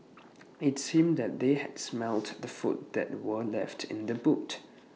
IT seemed that they had smelt the food that were left in the boot